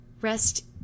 Rest